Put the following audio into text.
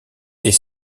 est